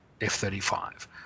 f-35